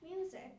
music